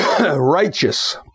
Righteous